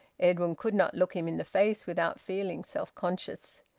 edwin could not look him in the face without feeling self-conscious.